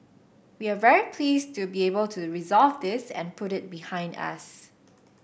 we're very pleased to be able to resolve this and put it behind us